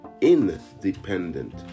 independent